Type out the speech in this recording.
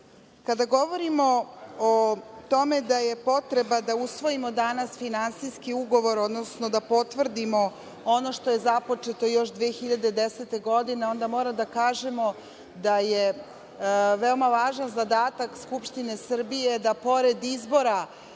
govorimo o tome da je potreba da usvojimo danas finansijski ugovor, odnosno da potvrdimo ono što je započeto još 2010. godine, onda moramo da kažemo da je veoma važan zadatak Skupštine Srbije da pored izbora